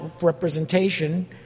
representation